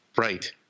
Right